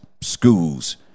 schools